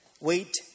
wait